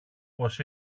πώς